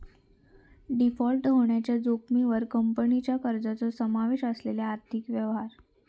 default होण्याच्या जोखमीवर कंपनीच्या कर्जाचो समावेश असलेले आर्थिक व्यवहार